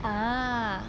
ah